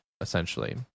essentially